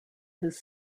his